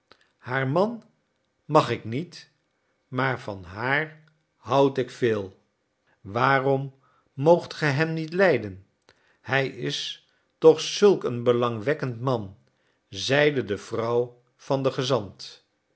haar man mag ik niet maar van haar houd ik veel waarom moogt ge hem niet lijden hij is toch zulk een belangwekkend man zeide de vrouw van den gezant